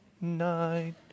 night